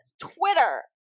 Twitter